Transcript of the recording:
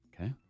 Okay